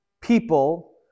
people